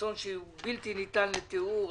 אסון בלתי ניתן לתיאור,